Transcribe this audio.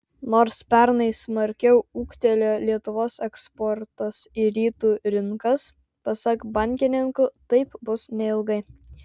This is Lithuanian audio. nors pernai smarkiau ūgtelėjo lietuvos eksportas į rytų rinkas pasak bankininkų taip bus neilgai